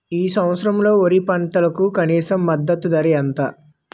ఈ సంవత్సరంలో వరి పంటకు కనీస మద్దతు ధర ఎంత?